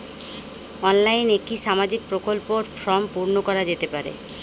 অনলাইনে কি সামাজিক প্রকল্পর ফর্ম পূর্ন করা যেতে পারে?